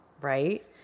right